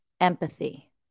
empathy